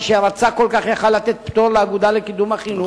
מי שרצה כל כך יכול היה לתת פטור לאגודה לקידום החינוך,